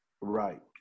Right